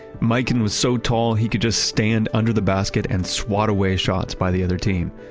mikan was so tall he could just stand under the basket and swat away shots by the other team.